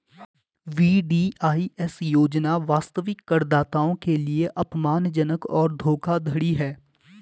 VDIS योजना वास्तविक करदाताओं के लिए अपमानजनक और धोखाधड़ी है